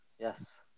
Yes